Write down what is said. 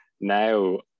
now